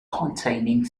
containing